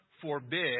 forbid